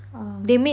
ah